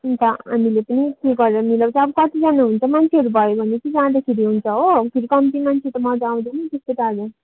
अन्त हामीले पनि के पाराले मिलाउछ अब कतिजना हुन्छ मान्छेहरू भयो भने चाहिँ जाँदाखेरि हुन्छ हो फेरि कम्ती मान्छे त मजा आउँदैन नि त्यस्तो टाढो